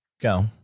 go